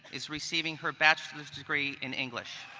is receiving her bachelor's degree in english.